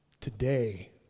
Today